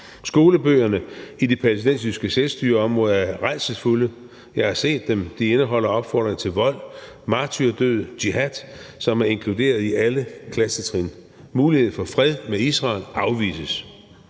Skolebøgerne i de palæstinensiske selvstyreområder er rædselsfulde. Jeg har set dem, og de indeholder opfordringer til vold, martyrdød og jihad, som er inkluderet i alle klassetrin. Mulighed for fred med Israel afvises.